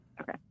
Okay